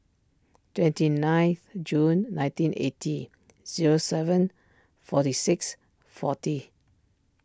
twenty ninth June nineteen eighty zero seven forty six forty